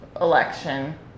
election